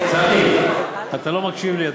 צחי, אתה לא מקשיב לי.